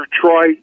Troy